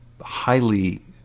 highly